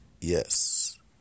Yes